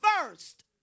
first